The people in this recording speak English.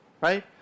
Right